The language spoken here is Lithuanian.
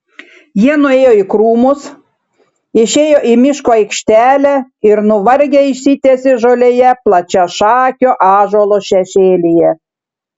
jie nuėjo į krūmus išėjo į miško aikštelę ir nuvargę išsitiesė žolėje plačiašakio ąžuolo šešėlyje